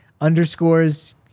underscores